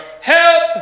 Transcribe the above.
help